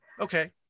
Okay